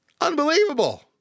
Unbelievable